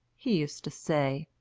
he used to say.